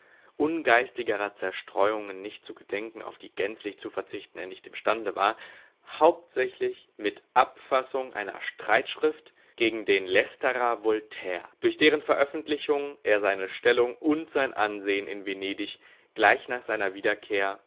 ungeistigerer zerstreuungen nicht zu gedenken auf die gänzlich zu verzichten er nicht imstande war hauptsächlich mit abfassung einer streitschrift gegen den lästerer voltaire durch deren veröffentlichung er seine stellung und sein ansehen in venedig gleich nach seiner wiederkehr